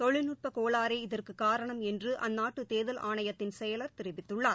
தொழில்நுட்பகோளாறே இதற்குகாரணம் என்றுஅந்நாட்டுதேர்தல் செயலர் தெரிவித்துள்ளார்